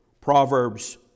Proverbs